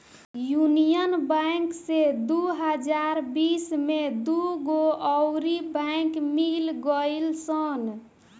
union bank से दू हज़ार बिस में दूगो अउर बैंक मिल गईल सन